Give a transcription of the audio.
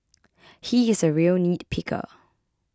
he is a real nitpicker